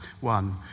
One